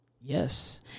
Yes